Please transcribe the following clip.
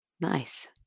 Nice